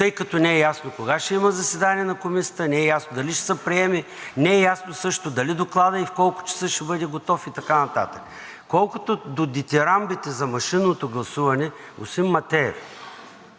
тъй като не е ясно кога ще има заседание на Комисията, не е ясно дали ще се приеме, не е ясно в колко часа ще бъде готов докладът и така нататък. Колкото до дитирамбите за машинното гласуване, господин Матеев,